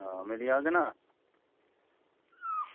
आं मिली जाङन ना